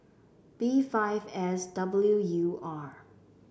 B five S W U R